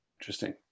Interesting